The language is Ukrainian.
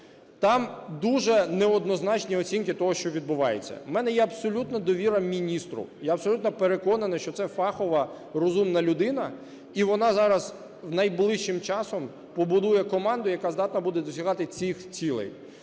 Там дуже неоднозначні оцінки того, що відбувається. У мене є абсолютна довіра міністру, я абсолютно переконаний, що це фахова, розумна людина, і вона зараз найближчим часом побудує команду, яка здатна буде досягати цих цілей.